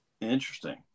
Interesting